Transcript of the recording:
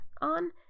on